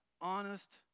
honest